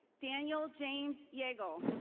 daniel james yeagle.